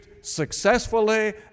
successfully